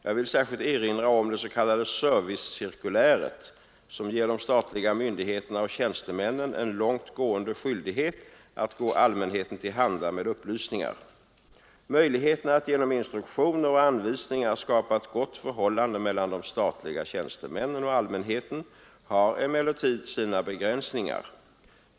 Jag vill särskilt erinra om det s.k. servicecirkuläret, som ger de statliga myndigheterna och tjänstemännen en långtgående skyldighet att gå allmänheten till handa med upplysningar. Möjligheterna att genom instruktioner och anvisningar skapa ett gott förhållande mellan de statliga tjänstemännen och allmänheten har emellertid sina begränsningar.